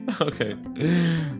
Okay